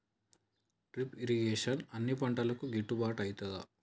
Drip irrigation అన్ని పంటలకు గిట్టుబాటు ఐతదా?